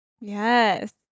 Yes